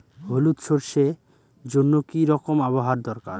হলুদ সরষে জন্য কি রকম আবহাওয়ার দরকার?